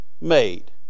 made